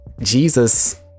Jesus